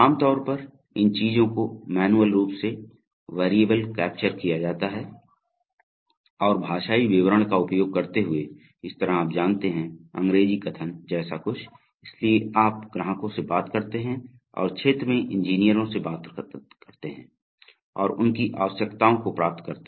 आम तौर पर इन चीजों को मैन्युअल रूप से कैप्वेरिएबल कैप्चर किया जाता है और भाषाई विवरण का उपयोग करते हुए इस तरह आप जानते हैं अंग्रेजी कथन जैसा कुछ इसलिए आप ग्राहकों से बात करते हैं और क्षेत्र में इंजीनियरों से बात करते हैं और उनकी आवश्यकताओं को प्राप्त करते हैं